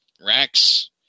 racks